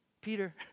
Peter